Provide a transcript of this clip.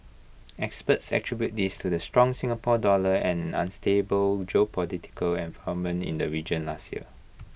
experts attribute this the strong Singapore dollar and an unstable geopolitical environment in the region last year